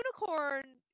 unicorn